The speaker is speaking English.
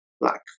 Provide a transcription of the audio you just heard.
Black